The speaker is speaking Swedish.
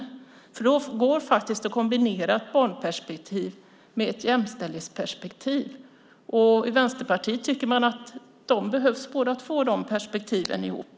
Det går faktiskt att kombinera ett barnperspektiv med ett jämställdhetsperspektiv. I Vänsterpartiet tycker man att de perspektiven behövs båda två ihop.